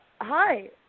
Hi